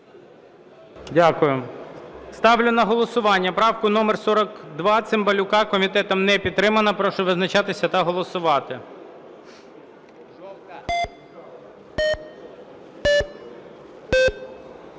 Дякую. Ставлю на голосування правку номер 42 Цимбалюка. Комітетом не підтримана. Прошу визначатися та голосувати.